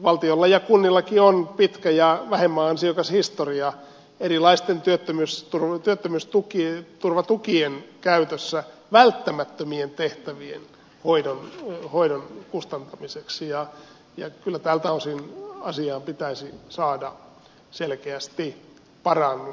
valtiolla ja kunnillakin on pitkä ja vähemmän ansiokas historia erilaisten työttömyysturvatukien käytössä välttämättömien tehtävien hoidon kustantamiseksi ja kyllä tältä osin asiaan pitäisi saada selkeästi parannus